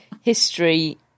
history